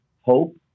hope